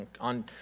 On